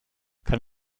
kann